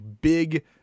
big